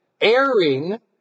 airing